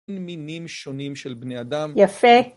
מינים שונים של בני אדם. יפה.